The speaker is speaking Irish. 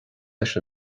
leis